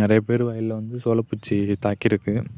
நிறைய பேர் வயலில் வந்து சோலை பூச்சி தாக்கியிருக்கு